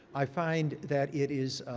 i find that it is,